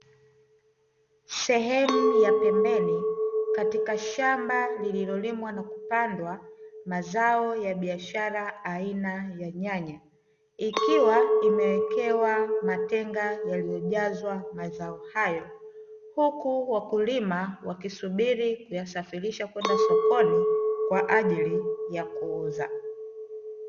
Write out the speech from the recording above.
Sehemu ya pembeni katika shamba lililolimwa na kupandwa mazao ya biashara aina ya nyanya, ikiwa imewekewa matenga yaliyojazwa mazao hayo. Huku wakulima wakisubiri kuyasafirisha kwenda sokoni, kwa ajili ya kuyauza.